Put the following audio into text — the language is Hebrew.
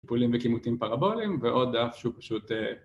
טיפולים וכימותים פרבולים ועוד אף שהוא פשוט...